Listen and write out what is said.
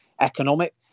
economic